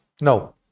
No